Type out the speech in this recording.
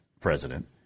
president